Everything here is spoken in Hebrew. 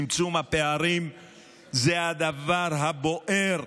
צמצום הפערים הוא הדבר הבוער,